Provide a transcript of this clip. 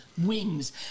wings